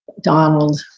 Donald